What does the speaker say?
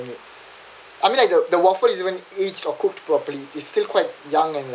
it I mean like the the waffle is when each or cooked properly is still quite young and